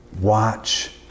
Watch